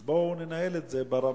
אז בואו ננהל את זה ברמה,